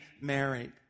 married